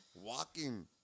walking